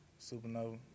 Supernova